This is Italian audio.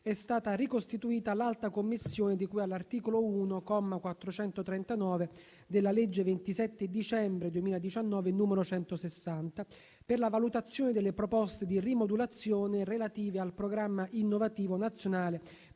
è stata ricostituita l'alta commissione di cui all'articolo 1, comma 439, della legge 27 dicembre 2019, n. 160, per la valutazione delle proposte di rimodulazione relative al Programma innovativo nazionale